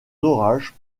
orages